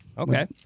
Okay